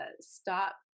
stop